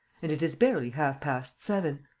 and it is barely half-past seven!